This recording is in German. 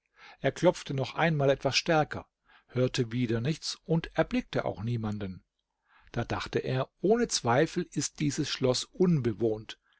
er klopfte noch einmal etwas stärker hörte wieder nichts und erblickte auch niemanden da dachte er ohne zweifel ist dieses schloß unbewohnt